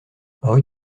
rue